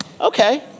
okay